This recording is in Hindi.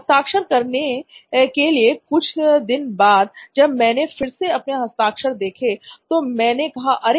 हस्ताक्षर करने के कुछ दिन बाद जब मैंने फिर से अपने हस्ताक्षर देखें तो मैंने कहा अरे